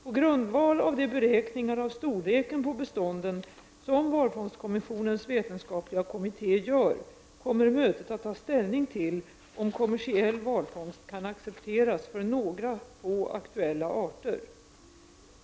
På grundval av de beräkningar av storleken på bestånden som IWCs vetenskapliga kommitté gör kommer mötet att ta ställning till om kommersiell valfångst kan accepteras för några få aktuella arter.